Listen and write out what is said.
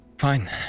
Fine